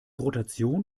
rotation